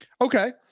okay